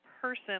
person